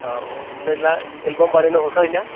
औ औ ओमफ्राय ला एलबाम बानायना हरखायो ना